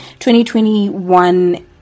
2021